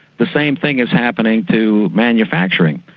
the same thing is happening to manufacturing.